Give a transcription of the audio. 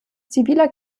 ziviler